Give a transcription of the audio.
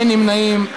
אין נמנעים.